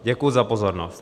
Děkuji za pozornost.